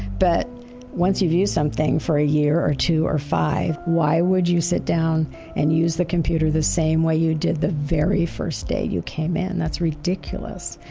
but once you've used something for a year or two or five, why would you sit down and use the computer the same way you did the very first day you came in. that's ridiculous.